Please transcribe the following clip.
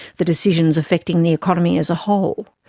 the decisions affecting the economy as a whole.